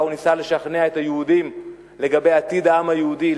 הוא ניסה לשכנע את היהודים לגבי עתיד העם היהודי,